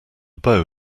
beau